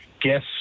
Guess